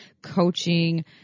coaching